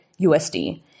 USD